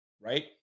right